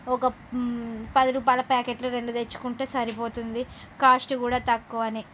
ఒక పది రూపాయల ప్యాకెట్లు రెండు తెచ్చుకుంటే సరిపోతుంది కాస్ట్ కూడా తక్కువనే